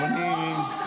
מטורפים.